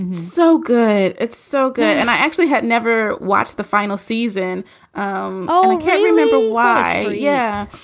and so good. it's so good. and i actually had never watched the final season um oh, i can't remember why. yeah,